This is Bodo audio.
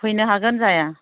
फैनो हागोन जाया